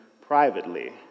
privately